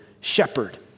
shepherd